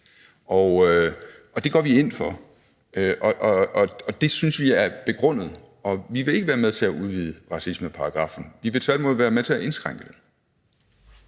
Det går vi ind for. Det synes vi er begrundet. Vi vil ikke være med til at udvide racismeparagraffen. Vi vil tværtimod være med til at indskrænke den.